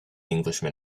englishman